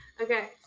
Okay